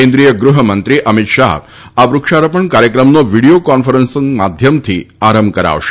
કેન્દ્રીય ગૃહમંત્રી અમિત શાહ આ વૃક્ષારોપણ કાર્યક્રમનો વીડિયો કોન્ફરન્સ માધ્યમથી આરંભ કરાવશે